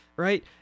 Right